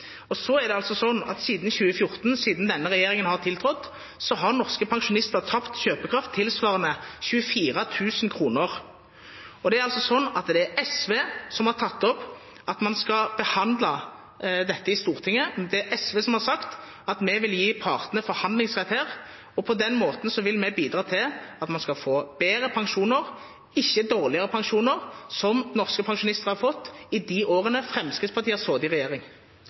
dette. Så er det slik at siden 2014 og siden denne regjeringen tiltrådte, har norske pensjonister tapt kjøpekraft tilsvarende 24 000 kr, og det er SV som har tatt opp at man skal behandle dette i Stortinget. Det er SV som har sagt at vi vil gi partene forhandlingsrett her. På den måten vil vi bidra til at man skal få bedre pensjoner, ikke dårligere pensjoner, som norske pensjonister har fått i de årene Fremskrittspartiet har sittet i regjering.